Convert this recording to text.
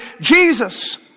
Jesus